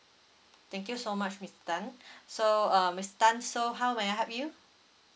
thank you so much miss tan so uh miss tan so how may I help you